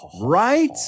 right